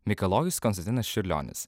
mikalojus konstantinas čiurlionis